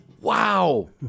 wow